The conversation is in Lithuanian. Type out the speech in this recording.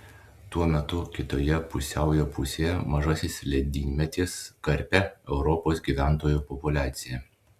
tuo metu kitoje pusiaujo pusėje mažasis ledynmetis karpė europos gyventojų populiaciją